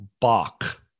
Bach